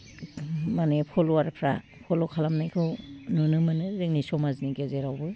माने फल'वारफ्रा फल' खालामनायखौ नुनो मोनो जोंनि समाजनि गेजेरावबो